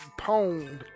pwned